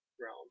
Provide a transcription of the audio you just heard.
realm